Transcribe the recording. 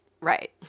Right